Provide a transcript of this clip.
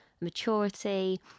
maturity